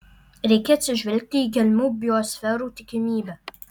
reikia atsižvelgti į gelmių biosferų tikimybę